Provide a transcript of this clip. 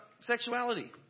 sexuality